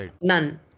none